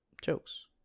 jokes